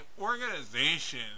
organization